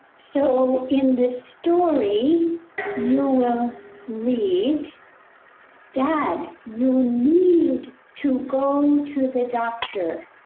so in the story you will read that you'll need to go to the doctor.